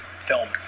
film